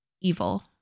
evil